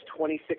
$26